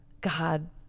God